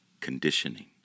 conditioning